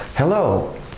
Hello